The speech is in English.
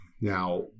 Now